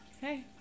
hey